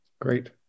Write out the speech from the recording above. Great